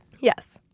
Yes